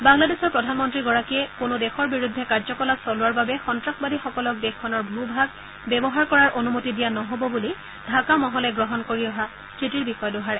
বাংলাদেশৰ প্ৰধানমন্ত্ৰীগৰাকীয়ে কোনো দেশৰ বিৰুদ্ধে কাৰ্যকলাপ চলোৱাৰ বাবে সন্ত্ৰাসবাদীসকলক দেশখনৰ ভূ ভাগ ব্যৱহাৰ কৰাৰ অনুমতি দিয়া নহ'ব বুলি ঢাকা মহলে গ্ৰহণ কৰি অহা স্থিতিৰ বিষয়ে দোহাৰে